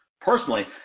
personally